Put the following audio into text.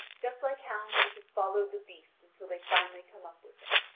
just like hounds which have followed the beast until they finally come up with him.